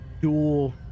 dual